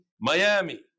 miami